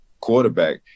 quarterback